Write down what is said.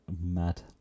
Mad